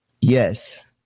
yes